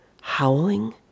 howling